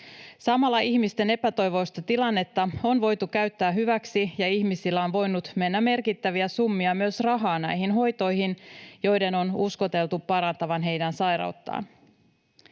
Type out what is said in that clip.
Samalla ihmisten epätoivoista tilannetta on voitu käyttää hyväksi ja ihmisillä on voinut mennä merkittäviä summia myös rahaa näihin hoitoihin, joiden on uskoteltu parantavan heidän sairauttaan.